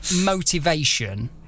motivation